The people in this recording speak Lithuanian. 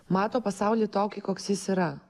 mato pasaulį tokį koks jis yra